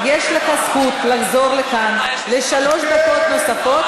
יש לך זכות לחזור לכאן לשלוש דקות נוספות.